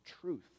truth